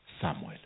Samuel